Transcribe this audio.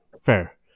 Fair